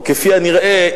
או כפי הנראה,